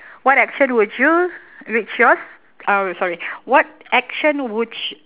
what action would you which yours uh wait sorry what action would y~